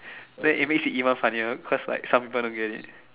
then it makes it even funnier cause like some people don't get it